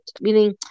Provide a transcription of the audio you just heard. meaning